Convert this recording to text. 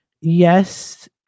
Yes